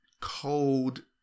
cold